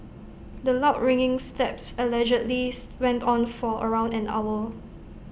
the loud ringing slaps allegedly went on for around an hour